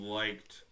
liked